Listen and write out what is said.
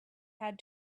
had